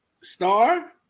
Star